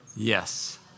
Yes